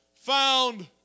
found